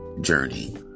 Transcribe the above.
journey